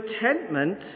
contentment